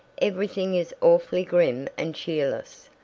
everything is awfully grim and cheerless,